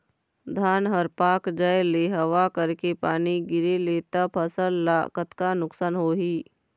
धान हर पाक जाय ले हवा करके पानी गिरे ले त फसल ला कतका नुकसान होही?